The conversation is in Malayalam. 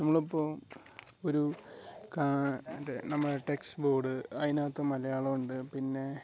നമ്മളിപ്പം ഒരു എൻ്റെ നമ്മളെ ടെക്സ് ബോഡ് അതിനകത്ത് മലയാളം ഉണ്ട് പിന്നെ